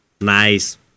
nice